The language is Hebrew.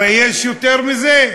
הרי יש יותר מזה?